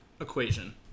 equation